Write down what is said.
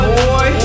boy